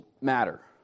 matter